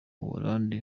buholandi